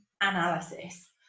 analysis